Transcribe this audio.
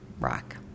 rock